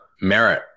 Merit